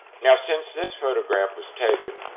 now, since this photograph was taken,